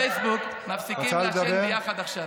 עמוד הפייסבוק "מפסיקים לעשן ביחד עכשיו".